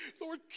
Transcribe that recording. Lord